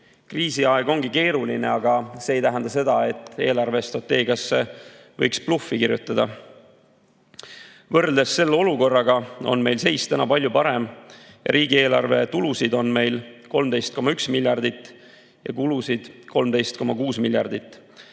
Kriisiaeg ongi keeruline, aga see ei tähenda seda, et eelarvestrateegiasse võiks bluffi kirjutada. Võrreldes selle olukorraga on seis palju parem. Riigieelarve tulusid on meil 13,1 miljardit ja kulusid 13,6 miljardit.